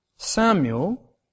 Samuel